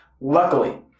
Luckily